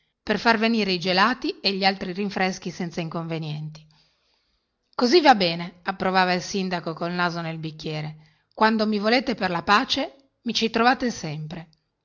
per far venire i gelati e gli altri rinfreschi senza inconvenienti così va bene approvava il sindaco col naso nel bicchiere quando mi volete per la pace mi ci trovate sempre